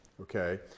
Okay